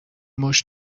موش